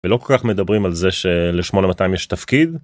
ולא כל כך מדברים על זה של 8200 יש תפקיד.